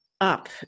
up